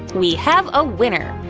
we have a winner!